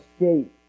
escape